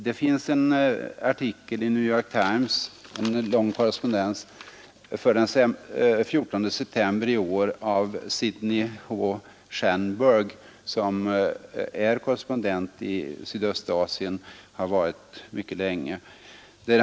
Det finns en artikel i New York Times för den 14 september i år av Sydney H. Schanberg, som är korrespondent i Sydöstasien och som har varit där mycket länge.